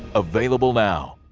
available now.